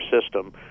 system